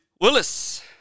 Willis